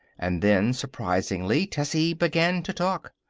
and then, surprisingly, tessie began to talk.